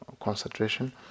concentration